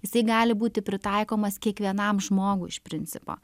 jisai gali būti pritaikomas kiekvienam žmogui iš principo